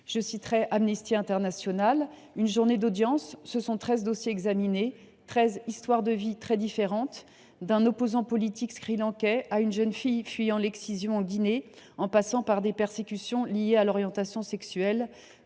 Selon Amnesty International, « Une journée d’audience, ce sont treize dossiers examinés, treize histoires de vie très différentes : d’un opposant politique sri lankais à une jeune fille fuyant l’excision en Guinée, en passant par des persécutions liées à l’orientation sexuelle…